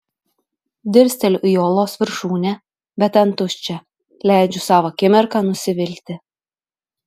dirsteliu į uolos viršūnę bet ten tuščia leidžiu sau akimirką nusivilti